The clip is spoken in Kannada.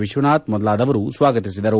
ವಿಶ್ವನಾಥ್ ಮೊದಲಾದರು ಸ್ವಾಗತಿಸಿದರು